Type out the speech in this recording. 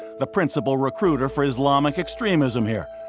the principle recruiter for islamic extremism here,